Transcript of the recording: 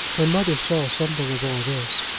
her mother saw something of all this,